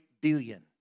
billion